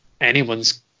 anyone's